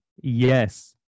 Yes